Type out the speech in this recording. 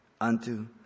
unto